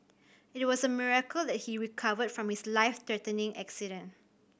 it was a miracle that he recovered from his life threatening accident